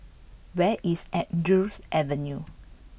where is Andrews Avenue